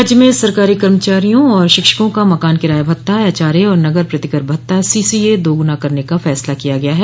राज्य में सरकारी कर्मचारियों और शिक्षकों का मकान किराया भत्ता एचआरए और नगर प्रतिकर भत्ता सीसीए दोगूना करने का फैसला किया गया है